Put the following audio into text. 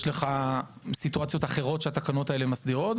יש לך מצבים אחרים שהתקנות האלה מסדירות.